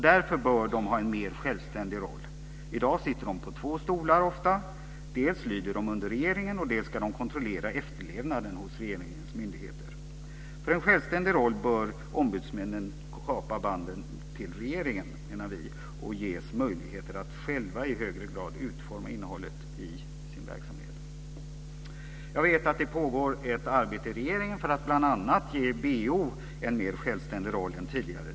Därför bör de ha en mer självständig roll. I dag sitter de ofta på två stolar. Dels lyder de under regeringen, dels ska de kontrollera efterlevnaden hos regeringens myndigheter. För en självständig roll bör ombudsmännen kapa banden till regeringen, menar vi, och ges möjligheter att själva i högre grad utforma innehållet i sin verksamhet. Jag vet att det pågår ett arbete i regeringen för att bl.a. ge BO en mer självständig roll än tidigare.